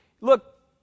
Look